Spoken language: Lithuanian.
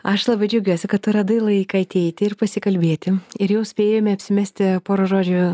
aš labai džiaugiuosi kad tu radai laiką ateiti ir pasikalbėti ir jau spėjome apsimesti pora žodžių